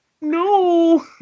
No